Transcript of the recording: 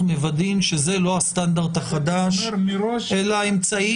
מוודאים שזה לא הסטנדרט החדש אלא אמצעי.